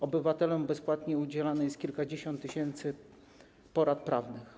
Obywatelom bezpłatnie udzielanych jest kilkadziesiąt tysięcy porad prawnych.